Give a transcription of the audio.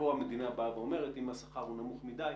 פה המדינה אומרת שאם השכר נמוך מדי,